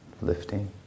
lifting